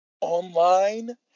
online